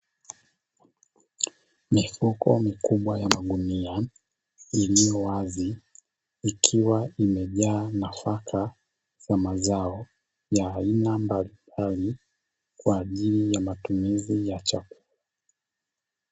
Mifuko mikubwa ya magunia iliyo wazi Ikiwa imejaa nafaka za mazao ya aina mbalimbali kwa ajili ya matumizi ya chakula